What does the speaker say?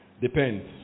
depends